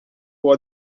pour